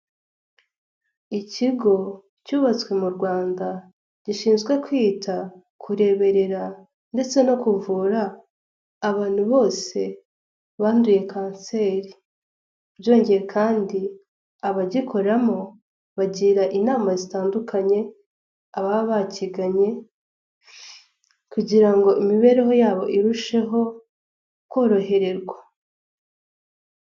Ikigo cyubatswe mu Rwanda gishinzwe kwita kureberera ndetse no kuvura abantu bose banduye kanseri byongeye kandi abagikoramo bagira inama zitandukanye ababa bakiganye kugira ngo imibereho yabo irusheho korohererwa.